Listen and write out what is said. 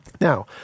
Now